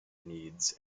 needs